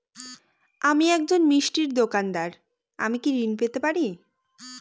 আমি একজন মিষ্টির দোকাদার আমি কি ঋণ পেতে পারি?